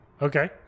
Okay